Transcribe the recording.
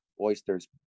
oysters